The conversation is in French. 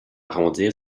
arrondir